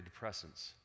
antidepressants